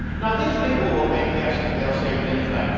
now, these people will make guesses, they'll say things like,